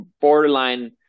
borderline